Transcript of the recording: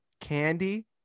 candy